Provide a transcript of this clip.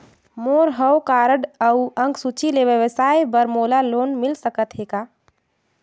मोर हव कारड अउ अंक सूची ले व्यवसाय बर मोला लोन मिल सकत हे का?